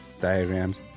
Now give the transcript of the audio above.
diagrams